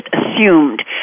assumed